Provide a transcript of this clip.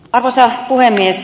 arvoisa puhemies